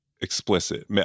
explicit